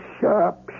sharp